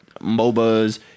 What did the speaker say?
MOBAs